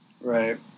Right